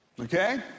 Okay